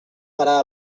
farà